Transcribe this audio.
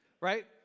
right